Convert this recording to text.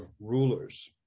rulers